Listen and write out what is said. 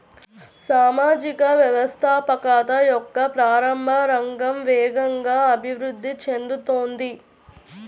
సామాజిక వ్యవస్థాపకత యొక్క ప్రారంభ రంగం వేగంగా అభివృద్ధి చెందుతోంది